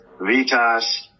Vitas